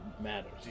matters